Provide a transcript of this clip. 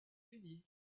unis